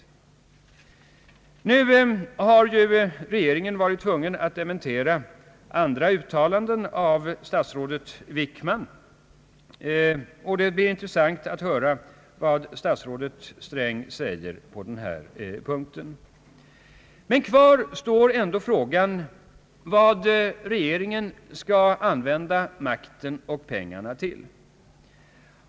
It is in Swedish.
Nu har regeringen varit tvungen att dementera andra uttalanden av statsrådet Wickman, och det blir intressant att höra vad statsrådet Sträng säger på denna punkt. Men kvar står ändå frå gan vad regeringen skall använda makten och pengarna till.